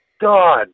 God